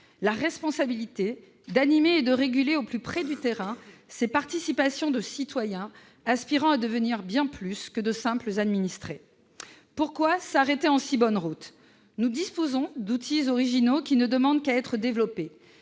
la responsabilité d'animer et de réguler au plus près du terrain ces participations de citoyens aspirant à devenir bien plus que de simples administrés. Pourquoi s'arrêter en si bon chemin ? Nous disposons d'outils originaux qui ne demandent qu'à être développés,